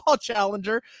challenger